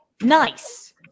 nice